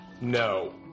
No